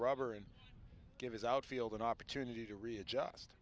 rubber and give his outfield an opportunity to readjust